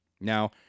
Now